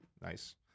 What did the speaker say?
Nice